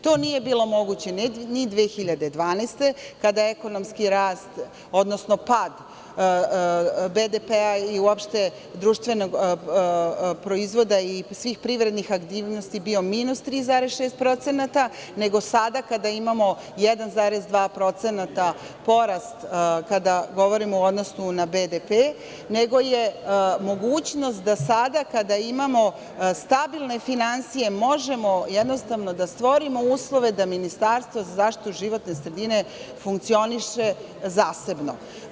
To nije bilo moguće ni 2012. godine kada je ekonomski rast, odnosno pad BDP i uopšte društvenog proizvoda i svih privrednih aktivnosti bio minus 3,6%, nego sada kada imamo 1,2% porast kada govorimo u odnosu na BDP, nego je mogućnost da sada, kada imamo stabilne finansije, možemo da stvorimo uslove da ministarstvo za zaštitu životne sredine funkcioniše zasebno.